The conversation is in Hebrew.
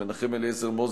מנחם אליעזר מוזס,